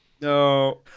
no